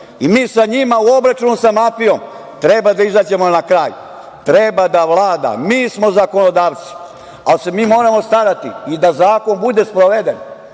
sa njima, u obračun sa mafijom treba da izađemo na kraj. Treba da vlada, mi smo zakonodavci. Ali se mi moramo starati da zakon bude sproveden,